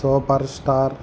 super star